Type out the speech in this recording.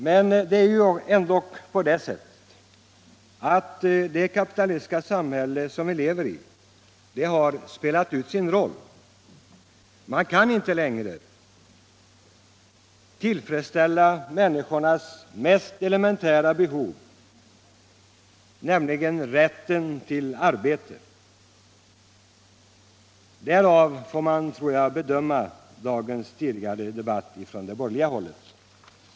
Men det är ändå så att det kapitalistiska samhälle som vi lever i har spelat ut sin roll. Man kan inte längre tillfredsställa människornas mest elementära behov — rätten till arbete. Jag tror att man får bedöma dagens tidigare debatt från det borgerliga hållet med hänsyn därtill.